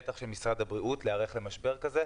בטח של משרד הבריאות להיערך למשבר כזה.